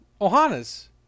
Ohana's